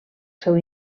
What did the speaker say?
seu